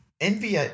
envy